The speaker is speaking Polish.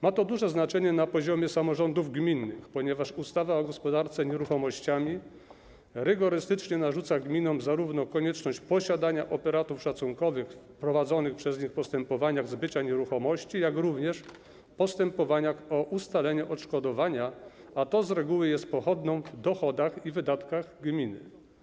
Ma to duże znaczenie na poziomie samorządów gminnych, ponieważ ustawa o gospodarce nieruchomościami rygorystycznie narzuca gminom konieczność posiadania operatów szacunkowych w prowadzonych przez nich postępowaniach dotyczących zbycia nieruchomości, jak również w postępowaniach o ustalenie odszkodowania, a to z reguły jest pochodną w dochodach i wydatkach gminy.